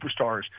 superstars